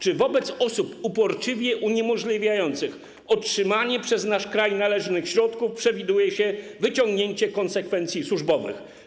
Czy wobec osób uporczywie uniemożliwiających otrzymanie przez nasz kraj należnych środków przewiduje się wyciągnięcie konsekwencji służbowych?